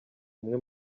umwe